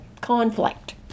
conflict